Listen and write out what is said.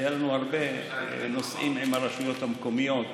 היו לנו הרבה נושאים עם הרשויות המקומיות.